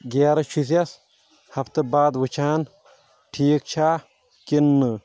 گیرٕ چھُس ہفتہٕ باد وٕچھان ٹھیٖک چھا کِنہٕ نہٕ